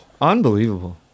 unbelievable